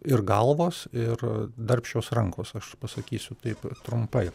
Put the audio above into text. ir galvos ir darbščios rankos aš pasakysiu taip trumpai